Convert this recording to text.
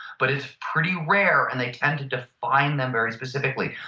but it's pretty rare and they tend to define them very specifically.